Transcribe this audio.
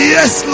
Yes